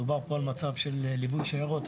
מדובר פה על מצב של ליווי שיירות.